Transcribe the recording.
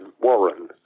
Warren